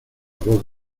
voz